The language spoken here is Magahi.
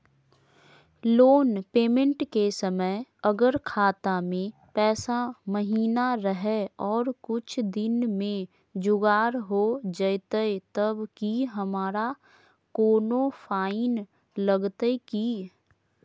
लोन पेमेंट के समय अगर खाता में पैसा महिना रहै और कुछ दिन में जुगाड़ हो जयतय तब की हमारा कोनो फाइन लगतय की?